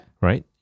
Right